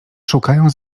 szukają